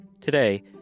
Today